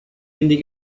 ending